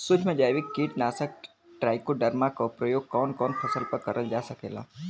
सुक्ष्म जैविक कीट नाशक ट्राइकोडर्मा क प्रयोग कवन कवन फसल पर करल जा सकेला?